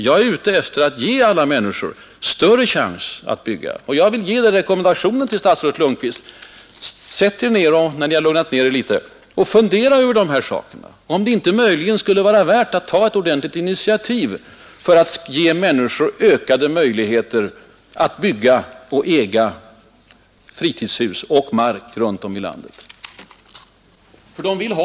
Jag är ute efter att ge alla människor större möjligheter att bygga. Jag vill ge en rekommendation till statsrådet Lundkvist. När Ni lugnat ned Er litet, sätt Er då ned och fundera över de här sakerna. Tänk efter om det inte möjligen skulle vara värt att ta ett ordentligt initiativ för att ge människor ökade möjligheter att bygga och äga fritidshus och mark runt om i vårt land. Det är vad de vill ha.